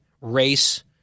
race